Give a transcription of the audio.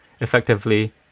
effectively